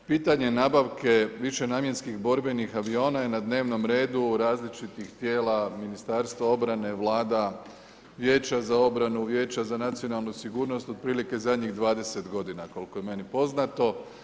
Pitanje nabavke višenamjenskih borbenih aviona je na dnevnom redu različitih tijela Ministarstva obrane, Vlada, Vijeća za obranu, Vijeća za nacionalnu sigurnost, otprilike zadnjih 20 godina koliko je meni poznato.